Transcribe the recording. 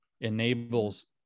enables